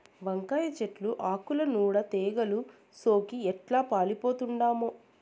వంకాయ చెట్లు ఆకుల నూడ తెగలు సోకి ఎట్లా పాలిపోతండామో